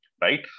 right